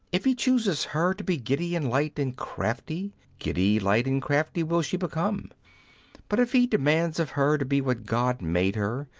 if he chooses her to be giddy and light and crafty, giddy, light, and crafty will she become but if he demands of her to be what god made her,